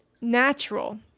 natural